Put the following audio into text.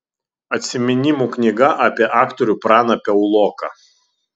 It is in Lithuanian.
atsiminimų knyga apie aktorių praną piauloką